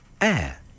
air